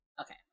Okay